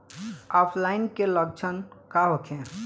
ऑफलाइनके लक्षण का होखे?